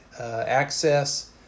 access